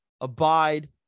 abide